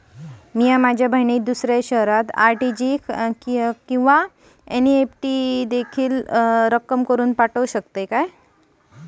मी माझ्या बहिणीला दुसऱ्या शहरात आर.टी.जी.एस किंवा एन.इ.एफ.टी द्वारे देखील रक्कम पाठवू शकतो का?